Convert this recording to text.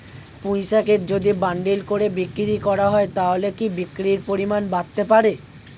পুঁইশাকের যদি বান্ডিল করে বিক্রি করা হয় তাহলে কি বিক্রির পরিমাণ বাড়তে পারে?